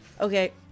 okay